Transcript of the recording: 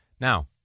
Now